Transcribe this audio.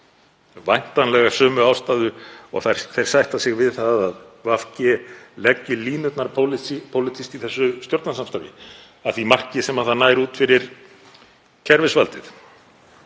Það er væntanlega af sömu ástæðu og þeir sætta sig við að VG leggi línurnar pólitískt í þessu stjórnarsamstarfi að því marki sem það nær út fyrir kerfisvaldið,